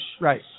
Right